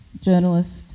journalist